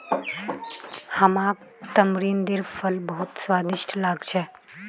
हमाक तमरिंदेर फल बहुत स्वादिष्ट लाग छेक